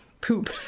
poop